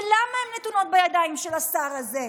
ולמה הן נתונות בידיים של השר הזה.